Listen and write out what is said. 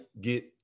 get